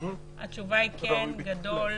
התשובה היא כן גדול,